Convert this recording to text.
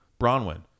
Bronwyn